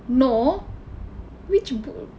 no which boot